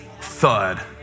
Thud